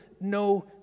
no